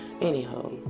anyhow